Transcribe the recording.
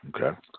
Okay